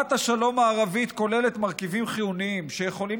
יוזמת השלום הערבית כוללת מרכיבים חיוניים שיכולים